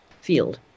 field